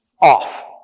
off